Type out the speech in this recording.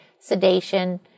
sedation